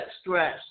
stress